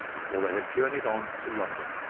for they had journeyed on to london,